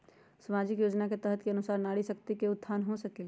सामाजिक योजना के तहत के अनुशार नारी शकति का उत्थान हो सकील?